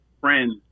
friends